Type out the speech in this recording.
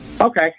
Okay